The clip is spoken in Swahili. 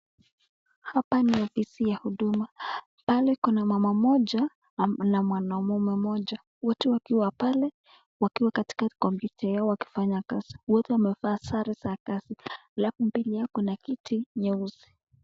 Hapa ni ofisi ya huduma, pale kuna mama mmoja na mwanaume mmoja, wote wakiwa pale wakiwa katika kompyuta yao wakifanya kazi, wote wamevaa sare za kazi halafu mbele yao kuna kiti nyeusi.